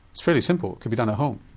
it's very simple, it could be done at home.